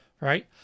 right